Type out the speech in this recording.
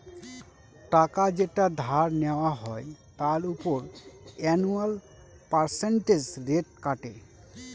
টাকা যেটা ধার নেওয়া হয় তার উপর অ্যানুয়াল পার্সেন্টেজ রেট কাটে